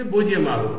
இது 0 ஆகும்